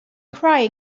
crying